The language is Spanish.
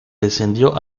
descendió